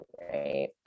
Right